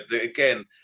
again